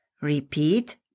Repeat